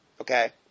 Okay